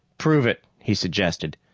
prove it, he suggested.